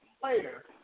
player